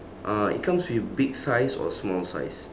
uh it comes with big size or small size